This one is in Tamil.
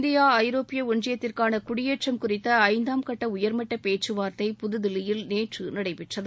இந்தியா ஐரோப்பிய ஒன்றியத்திற்கான குடியேற்றம் குறித்த ஐந்தாம் கட்ட உயர்மட்ட பேச்சுவார்த்தை புதுதில்லியில் நேற்று நடைபெற்றது